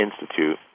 Institute